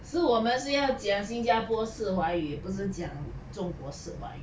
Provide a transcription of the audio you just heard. so 我们是要讲新加坡式华语不是讲中国式华语